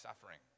suffering